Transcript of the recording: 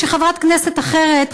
כשחברת כנסת אחרת,